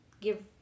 give